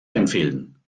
empfehlen